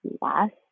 last